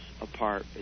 apart